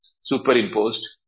superimposed